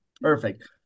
Perfect